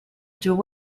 duet